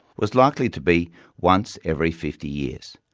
was likely to be once every fifty years,